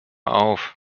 auf